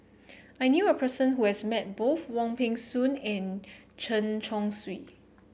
I knew a person who has met both Wong Peng Soon and Chen Chong Swee